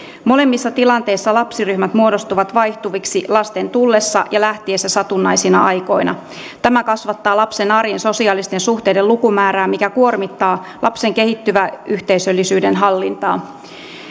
molemmissa tilanteissa lapsiryhmät muodostuvat vaihtuviksi lasten tullessa ja lähtiessä satunnaisina aikoina tämä kasvattaa lapsen arjen sosiaalisten suhteiden lukumäärää mikä kuormittaa lapsen kehittyvää yhteisöllisyyden hallintaa